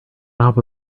knob